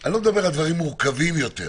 אני לא מדבר על דברים מורכבים יותר,